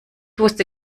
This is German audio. wusste